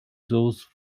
those